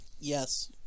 Yes